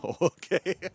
Okay